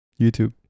YouTube